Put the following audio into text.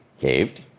caved